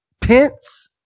Pence